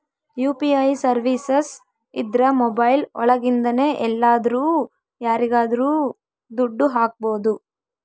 UPI services ಇದ್ರ mobile ಒಳಗಿಂದನೆ ಎಲ್ಲಾದ್ರೂ ಯಾರಿಗಾದ್ರೂ ದುಡ್ಡು ಹಕ್ಬೋದು